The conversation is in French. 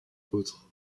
apôtres